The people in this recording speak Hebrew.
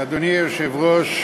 אדוני היושב-ראש,